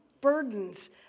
burdens